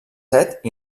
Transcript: set